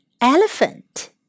elephant